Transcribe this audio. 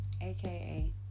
AKA